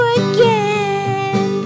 again